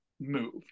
move